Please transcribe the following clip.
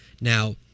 Now